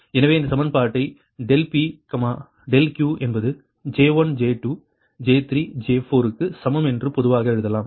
எனவே இந்த சமன்பாட்டை ∆P ∆Q என்பது J1 J2 J3 J4 க்கு சமம் என்று பொதுவாக எழுதலாம்